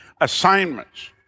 assignments